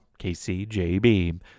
KCJB